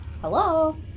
Hello